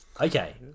Okay